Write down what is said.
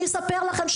אני אספר לכם,